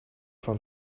from